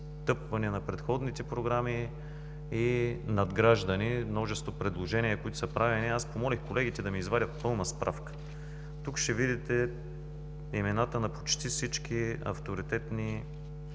стъпване на предходните програми и надграждане и множество предложения, които са правени. Аз помолих колегите да ми извадят пълна справка. Тук ще видите имената на почти всички авторитетни